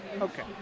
Okay